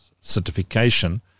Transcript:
certification